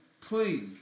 Please